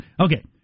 Okay